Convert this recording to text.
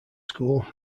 school